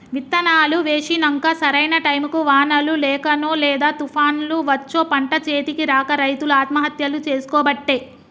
విత్తనాలు వేశినంక సరైన టైముకు వానలు లేకనో లేదా తుపాన్లు వచ్చో పంట చేతికి రాక రైతులు ఆత్మహత్యలు చేసికోబట్టే